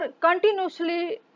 continuously